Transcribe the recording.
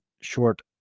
short